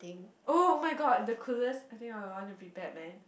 oh-my-god the coolest I think I will want to be batman